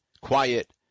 quiet